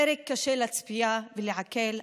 פרק קשה לצפייה ולעיכול,